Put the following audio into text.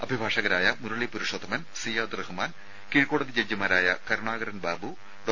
അഭിഭാഷകരായ മുരളി പുരുഷോത്തമൻ സിയാദ് റഹ്മാൻ കീഴ്ക്കോടതി ജഡ്ജിമാരായ കരുണാകരൻ ബാബു ഡോ